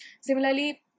Similarly